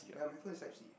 ya my phone is type C